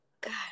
God